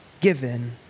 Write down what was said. given